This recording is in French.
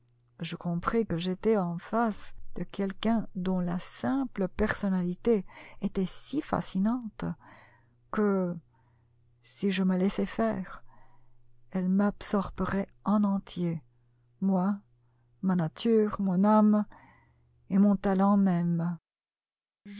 je compris que j'étais en face de quelqu'un dont la simple personnalité était si fascinante que si je me laissais faire elle m'absorberait en entier ma nature mon âme et mon talent même